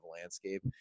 landscape